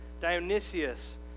Dionysius